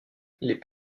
les